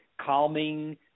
calming